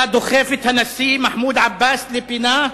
אתה דוחף את הנשיא מחמוד עבאס לפינה,